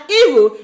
evil